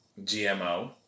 GMO